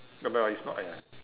ya but it's not an